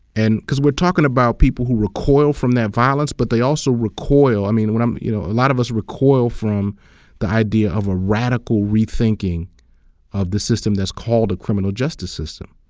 and, because we're talking about people who recoil from that violence but they also recoil, i mean, um you know a lot of us recoil from the idea of a radical rethinking of the system that's called a criminal justice system.